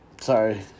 Sorry